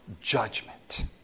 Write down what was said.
judgment